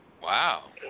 Wow